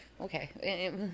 Okay